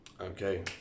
okay